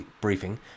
briefing